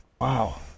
Wow